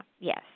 yes